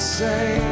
say